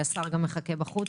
והשר גם מחכה בחוץ